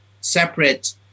separate